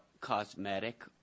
cosmetic